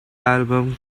album